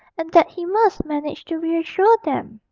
and that he must manage to reassure them.